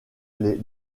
les